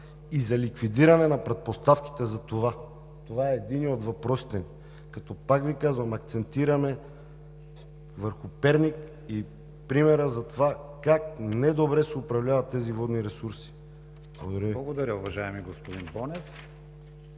и за ликвидиране на предпоставките за това? Това е единият от въпросите ни. Пак Ви казвам, акцентираме върху Перник и примерът за това как не добре се управляват тези водни ресурси. Благодаря.